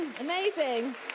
Amazing